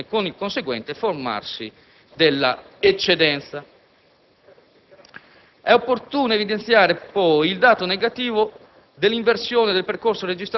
in occorrenza rispetto alla previsione, con il conseguente formarsi della eccedenza. È opportuno evidenziare, poi, il dato negativo